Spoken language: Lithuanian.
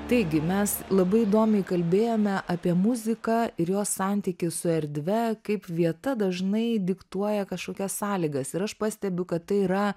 taigi mes labai įdomiai kalbėjome apie muziką ir jos santykį su erdve kaip vieta dažnai diktuoja kažkokias sąlygas ir aš pastebiu kad tai yra